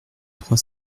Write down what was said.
trois